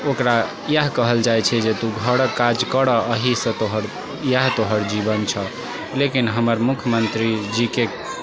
ओकरा इएह कहल जाइ छै जे तू घरके काज कर एहिसँ तोहर इएह तोहर जीवन छौ लेकिन हमर मुख्यमन्त्रीजीके